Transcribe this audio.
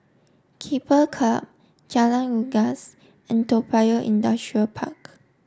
Keppel Club Jalan Unggas and Toa Payoh Industrial Park